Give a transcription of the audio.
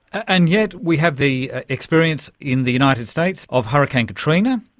and yet we have the experience in the united states of hurricane katrina,